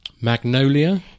magnolia